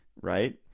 right